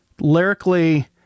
lyrically